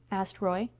asked roy.